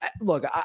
look